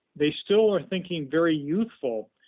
they still are thinking very youthful,